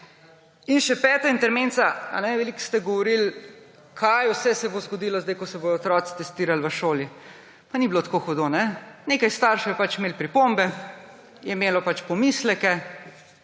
In še peti intermezzo. Veliko ste govorili o tem, kaj vse se bo zgodilo zdaj, ko se bodo otroci testirali v šoli. Pa ni bilo tako hudo, mar ne? Nekaj staršev je pač imelo pripombe, je imelo pač pomisleke,